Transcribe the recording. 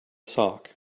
sock